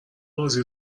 بازی